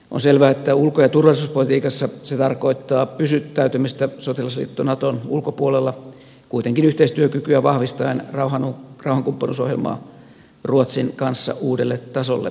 on selvää että ulko ja turvallisuuspolitiikassa se tarkoittaa pysyttäytymistä sotilasliitto naton ulkopuolella kuitenkin yhteistyökykyä vahvistaen rauhankumppanuusohjelmaa ruotsin kanssa uudelle tasolle tuunaamalla